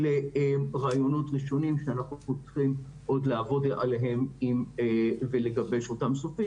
אלה רעיונות ראשוניים שאנחנו צריכים עוד לעבוד עליהם ולגבש אותם סופית.